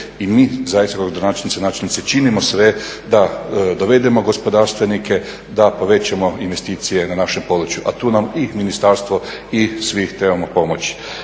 i mi zaista gradonačelnici, načelnici činimo sve da dovedemo gospodarstvenike, da povećamo investicije na našem području, a tu nam i ministarstvo i svi trebaju pomoći.